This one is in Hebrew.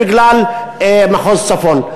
בגלל מחוז צפון.